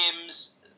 games